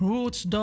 Roots